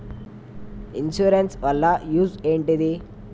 Insurance వాళ్ల use ఏంటిది?